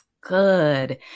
good